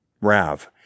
RAV